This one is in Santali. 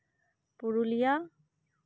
ᱯᱩᱨᱩᱞᱤᱭᱟ